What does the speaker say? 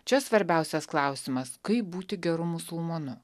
čia svarbiausias klausimas kaip būti geru musulmonu